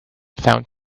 found